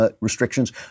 Restrictions